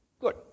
Good